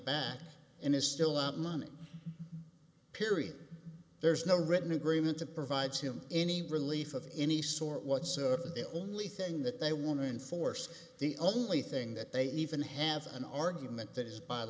back and is still out money period there's no written agreement that provides him any relief of any sort whatsoever the only thing that they want to enforce the only thing that they even have an argument that is